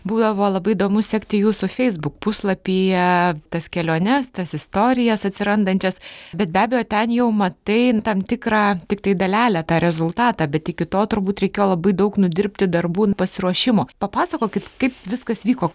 būdavo labai įdomu sekti jūsų feisbuk puslapyje tas keliones tas istorijas atsirandančias bet be abejo ten jau matai tam tikrą tiktai dalelę tą rezultatą bet iki to turbūt reikėjo labai daug nudirbti darbų pasiruošimo papasakokit kaip viskas vyko